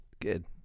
Good